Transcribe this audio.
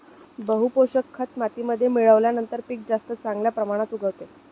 बहू पोषक खत मातीमध्ये मिळवल्याने पीक जास्त चांगल्या प्रमाणात उगवते